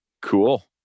cool